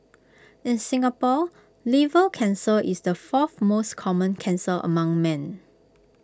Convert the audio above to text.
in Singapore liver cancer is the fourth most common cancer among men